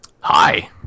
Hi